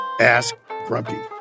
askgrumpy